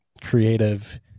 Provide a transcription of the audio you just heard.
creative